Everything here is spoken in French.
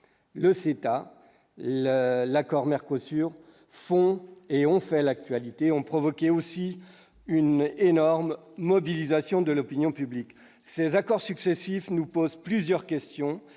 le site la l'accord Mercosur font et ont fait l'actualité ont provoqué aussi une énorme mobilisation de l'opinion publique, ces accords successifs nous pose plusieurs questions